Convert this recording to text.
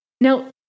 Now